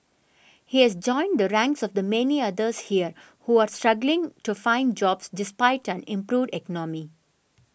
he has joined the ranks of the many others here who are struggling to find jobs despite an improved economy